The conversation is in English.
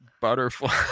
butterfly